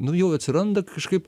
nu jau atsiranda kažkaip